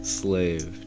slave